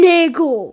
Lego